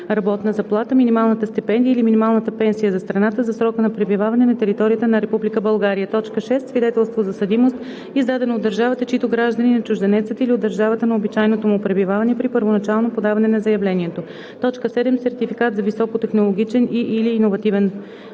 работна заплата, минималната стипендия или минималната пенсия за страната, за срока на пребиваване на територията на Република България; 6. свидетелство за съдимост, издадено от държавата, чийто гражданин е чужденецът, или от държавата на обичайното му пребиваване – при първоначално подаване на заявлението. 7. сертификат за високотехнологичен и/или иновативен